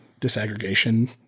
disaggregation